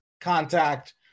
contact